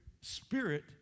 spirit